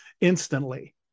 instantly